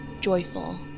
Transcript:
Joyful